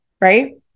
right